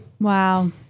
Wow